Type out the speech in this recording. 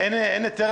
אין היתר